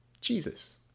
Jesus